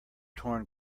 torn